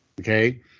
Okay